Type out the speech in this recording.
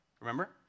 Remember